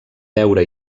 beure